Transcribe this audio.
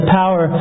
power